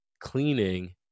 cleaning